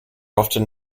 often